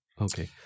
Okay